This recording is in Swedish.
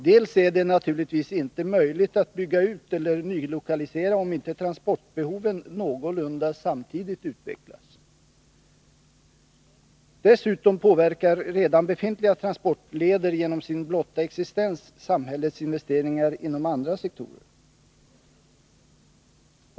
Dels är det naturligtvis inte möjligt att bygga ut eller nylokalisera om inte transportbehoven utvecklas någorlunda samtidigt. Dessutom påverkar redan befintliga transportleder genom sin blotta existens samhällets investeringar inom andra sektorer.